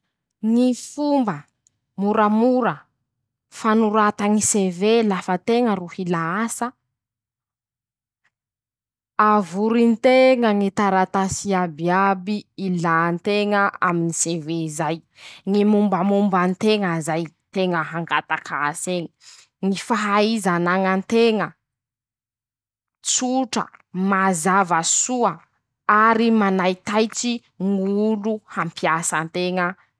Ñy fomba moramora fanorata ñy sevé lafa teña ro mila asa: -Avory nteña ñy taratasy iabiaby ilà nteña aminy sevé zay, ñy mombamomba nteña zay, teña hangatak'as'eñy, fahaiza anaña nteña, tsotra, mazava soa ary manaitaitsy ñ'olo hampiasà anteña.